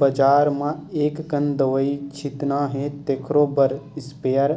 बजार म एककन दवई छितना हे तेखरो बर स्पेयर